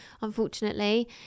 unfortunately